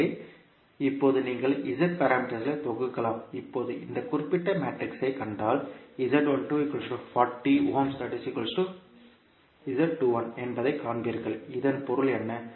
எனவே இப்போது நீங்கள் Z மேட்ரிக்ஸை தொகுக்கலாம் இப்போது இந்த குறிப்பிட்ட மேட்ரிக்ஸைக் கண்டால் என்பதைக் காண்பீர்கள் இதன் பொருள் என்ன